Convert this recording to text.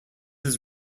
his